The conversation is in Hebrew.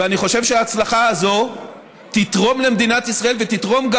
ואני חושב שההצלחה הזו תתרום למדינת ישראל ותתרום גם,